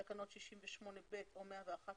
תקנות 68(ב) או 111(ב)